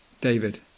David